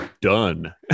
done